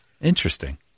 Interesting